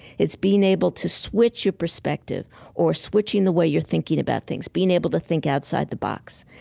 it's being able to switch your perspective or switching the way you're thinking about things, being able to think outside the box.